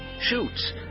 shoots